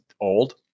old